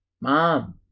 Mom